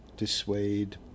dissuade